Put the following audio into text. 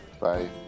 bye